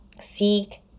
seek